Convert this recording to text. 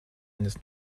eines